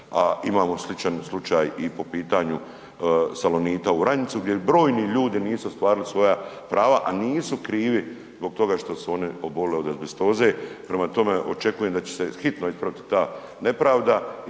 imamo sličan slučaj i po pitanju Salonita u Vranjicu gdje broji ljudi nisu ostvarili svoja prava, a nisu krivi zbog toga što su oni obolili od azbestoze. Prema tome očekujem da će se hitno ispraviti ta nepravda